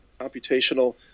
Computational